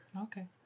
Okay